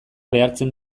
behartzen